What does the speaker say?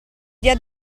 dia